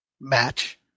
match